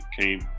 came